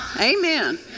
Amen